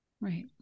right